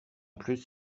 plus